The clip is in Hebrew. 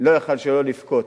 לא יכול שלא לבכות,